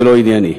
ולא ענייני.